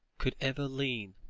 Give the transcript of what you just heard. could ever lean,